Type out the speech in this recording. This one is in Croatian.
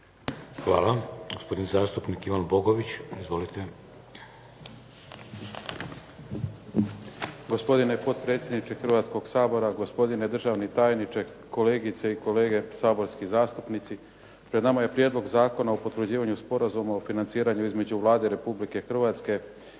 Hvala. Gospodin zastupnik Ivan Bogović. Izvolite. **Bogović, Ivan (HDZ)** Gospodine potpredsjedniče Hrvatskog sabora, gospodine državni tajniče, kolegice i kolege saborski zastupnici. Pred nama je Prijedlog Zakona o potvrđivanju Sporazuma o financiranju između Vlade Republike Hrvatske i Komisije